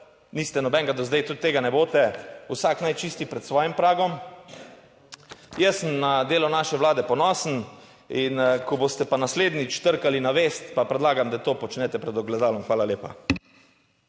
niste nobenega do zdaj, tudi tega ne boste, vsak naj čisti pred svojim pragom. Jaz sem na delo naše Vlade ponosen in ko boste pa naslednjič trkali na vest, pa predlagam, da to počnete pred ogledalom. Hvala lepa.